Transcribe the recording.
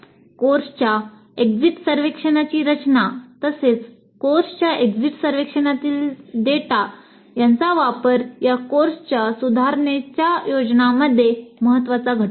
कोर्सच्या एक्झिट सर्व्हेक्षणाची रचना तसेच कोर्सच्या एक्झीट सर्वेक्षणातील डेटाचा वापर या कोर्सच्या सुधारणेच्या योजनांमध्ये महत्वाचा घटक आहे